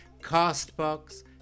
CastBox